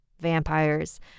Vampires